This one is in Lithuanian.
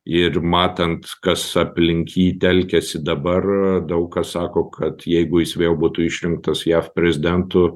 ir matant kas aplink jį telkiasi dabar daug kas sako kad jeigu jis vėl būtų išrinktas jav prezidentu